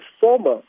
former